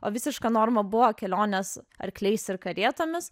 o visiška norma buvo kelionės arkliais ir karietomis